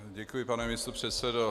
Děkuji, pane místopředsedo.